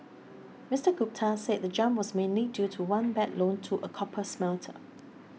Mister Gupta said the jump was mainly due to one bad loan to a copper smelter